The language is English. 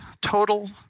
Total